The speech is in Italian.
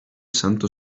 santo